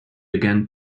again